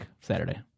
Saturday